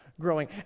Growing